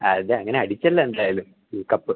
അതെ അങ്ങനെ അടിച്ചല്ലോ എന്തായാലും ഈ കപ്പ്